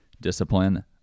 discipline